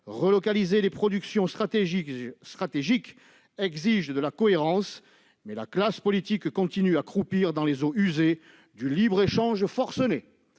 Relocaliser les productions stratégiques exige de la cohérence, mais la classe politique continue à croupir dans les eaux usées du libre-échange forcené.